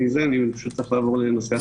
ואם אין, אני פשוט צריך לעבור לנושא אחר.